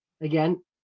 again